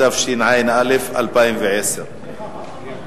התשע"א 2010. סליחה, למה באמצע?